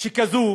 שכזו